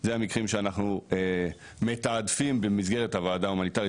זה המקרים שאנחנו מתעדפים במסגרת הוועדה ההומניטרית,